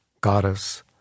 goddess